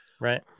right